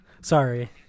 Sorry